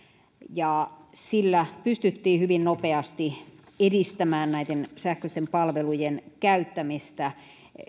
ja sillä pystyttiin hyvin nopeasti edistämään näiden sähköisten palvelujen käyttämistä